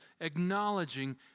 acknowledging